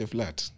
Flat